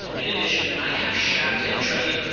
in addition, i have shaft and trunnion,